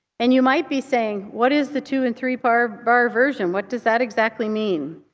and you might be saying, what is the two and three-bar three-bar versions, what does that exactly mean?